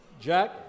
Jack